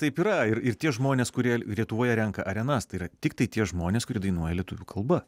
taip yra ir tie žmonės kurie lietuvoje renka arenas tai yra tiktai tie žmonės kurie dainuoja lietuvių kalba